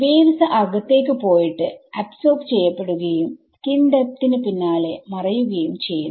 waves അകത്തേക്ക് പോയിട്ട് absorb ചെയ്യപ്പെടുകയും സ്കിൻ ഡെപ്ത്ന്റെ പിന്നാലെ മറയുകയും ചെയ്യുന്നു